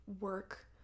work